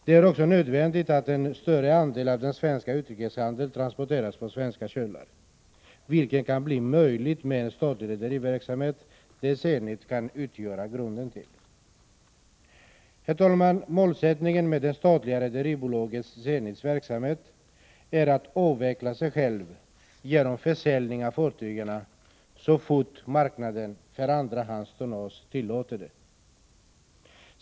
Det är också nödvändigt att en större andel av den svenska utrikeshandeln transporteras på svenska sjöar, vilket kan bli möjligt med en statlig rederiverksamhet där Zenit kan utgöra grunden. Herr talman! Målsättningen med det statliga rederibolaget Zenits verksamhet är att avveckla sig självt genom en försäljning av fartygen så fort marknaden för andrahandstonnage tillåter det.